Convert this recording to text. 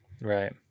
Right